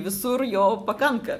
visur jo pakanka